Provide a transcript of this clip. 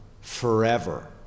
forever